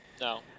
No